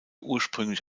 ursprünglich